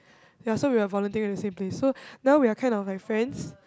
ya so we were volunteering at the same place so now we are kind of like friends